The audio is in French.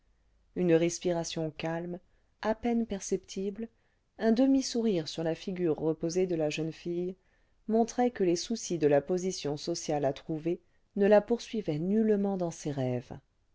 une respiration calme à peine perceptible un demi-sourire sur la figure reposée cle la jeune fille montraient que les soucis de la position sociale à trouver ne la poursuivaient nullement clans ses rêves